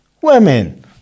women